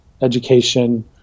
education